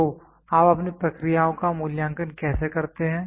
तो आप अपनी प्रक्रियाओं का मूल्यांकन कैसे करते हैं